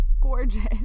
gorgeous